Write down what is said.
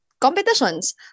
competitions